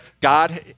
God